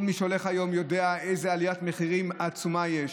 כל מי שהולך היום יודע איזו עליית מחירים עצומה יש.